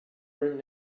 room